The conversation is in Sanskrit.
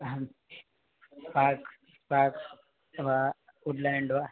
अहं स्पार्क्स् स्पार्क्स् वा वुड् लेण्ड् वा